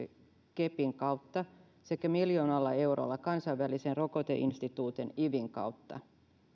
cepin kautta sekä miljoonalla eurolla kansainvälisen rokoteinstituutin ivin kautta